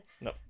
No